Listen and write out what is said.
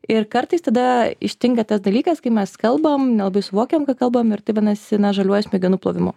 ir kartais tada ištinka tas dalykas kai mes kalbam nelabai suvokiam ką kalbam nu ir tai vadinasi na žaliuoju smegenų plovimu